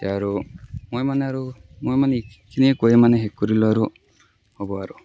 এতিয়া আৰু মই মানে আৰু মই মানে এইখিনিয়ে কৈ মানে শেষ কৰিলোঁ আৰু